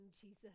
Jesus